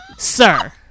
Sir